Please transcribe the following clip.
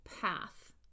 path